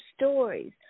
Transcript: stories